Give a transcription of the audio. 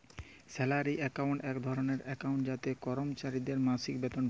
salary account এক ধরলের account যাতে করমচারিদের মাসিক বেতল ঢুকে